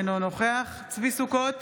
אינו נוכח צבי ידידיה סוכות,